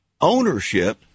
ownership